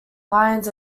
lions